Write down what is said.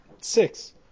six